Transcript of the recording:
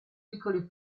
piccoli